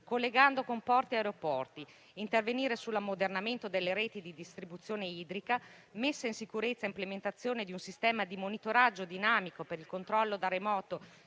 collegando con porti e aeroporti; intervenire sull'ammodernamento delle reti di distribuzione idrica, sulla messa in sicurezza e sull'implementazione di un sistema di monitoraggio dinamico per il controllo da remoto